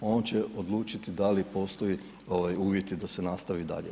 On će odlučiti da li postoje uvjeti da se nastavi dalje.